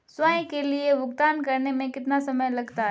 स्वयं के लिए भुगतान करने में कितना समय लगता है?